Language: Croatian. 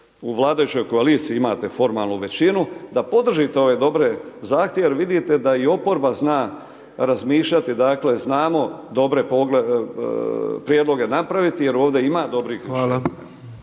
u vladajućoj koaliciji imate formalnu većinu da podržite ove dobre zahtjeve jer vidite da i oporba zna razmišljati, dakle, znamo dobre prijedloge napraviti jer ovdje ima dobrih i loših.